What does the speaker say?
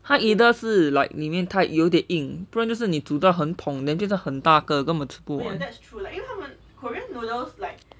either 是 like 里面太有点硬不然就是你煮到很:li mian tai you dian yingng bu ran jiu shi ni zhu dao hen pong then 就是很大个根本吃不完